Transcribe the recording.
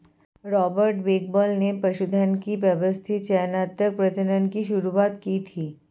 Robert Bakewell ने पशुधन के व्यवस्थित चयनात्मक प्रजनन की शुरुआत की थी